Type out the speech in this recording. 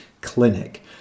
clinic